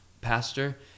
pastor